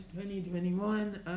2021